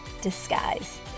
disguise